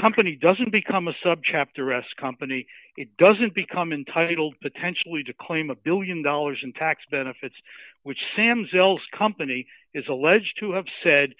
company doesn't become a subchapter s company it doesn't become entitled potentially to claim a one billion dollars in tax benefits which sam's ilse company is alleged to have said